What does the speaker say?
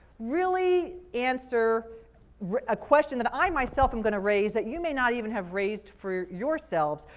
really answer a question that i myself and going to raise that you may not even have raised for yourselves,